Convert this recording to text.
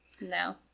No